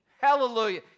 Hallelujah